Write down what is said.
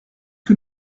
que